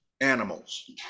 animals